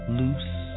loose